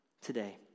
today